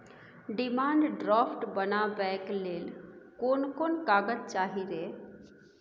Demand draft बनाबैक लेल कोन कोन कागज चाही रे?